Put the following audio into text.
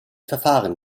verfahren